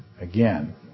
Again